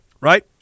Right